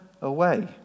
away